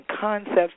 concepts